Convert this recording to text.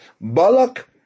Balak